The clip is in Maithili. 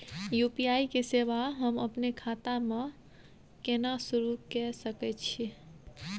यु.पी.आई के सेवा हम अपने खाता म केना सुरू के सके छियै?